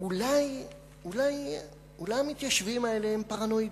אולי אולי אולי המתיישבים האלה הם פרנואידים.